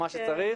מה שצריך